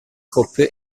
coppe